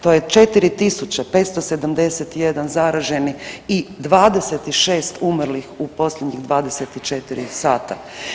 To je 4.571 zareženi i 26 umrlih u posljednjih 24 sata.